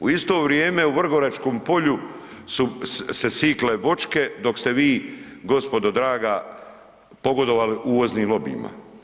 U isto vrijeme u Vrgoračkom polju su se sikle voćke dok ste vi gospodo draga pogodovali uvoznim lobijima.